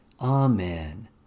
Amen